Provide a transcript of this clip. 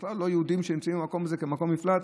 בכלל לא יהודים שנמצאים במקום הזה כמקום מפלט.